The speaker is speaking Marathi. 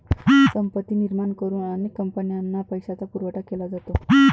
संपत्ती निर्माण करून अनेक कंपन्यांना पैशाचा पुरवठा केला जातो